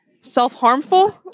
self-harmful